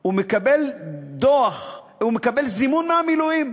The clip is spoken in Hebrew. הוא מקבל זימון למילואים.